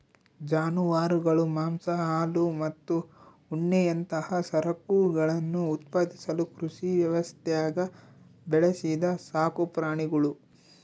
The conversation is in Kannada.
ಜಾನುವಾರುಗಳು ಮಾಂಸ ಹಾಲು ಮತ್ತು ಉಣ್ಣೆಯಂತಹ ಸರಕುಗಳನ್ನು ಉತ್ಪಾದಿಸಲು ಕೃಷಿ ವ್ಯವಸ್ಥ್ಯಾಗ ಬೆಳೆಸಿದ ಸಾಕುಪ್ರಾಣಿಗುಳು